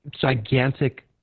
gigantic